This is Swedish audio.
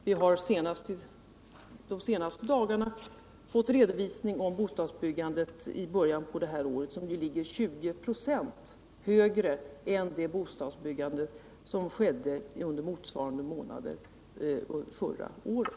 Vi har de senaste dagarna fått redovisning om att bostadsbyggandet i början på detta år låg 20 26 högre än under motsvarande månader förra året.